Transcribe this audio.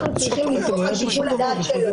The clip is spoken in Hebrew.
אנחנו צריכים לסמוך על שיקול הדעת שלו.